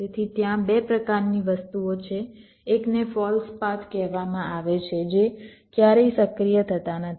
તેથી ત્યાં 2 પ્રકારની વસ્તુઓ છે એકને ફોલ્સ પાથ કહેવામાં આવે છે જે ક્યારેય સક્રિય થતા નથી